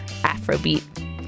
Afrobeat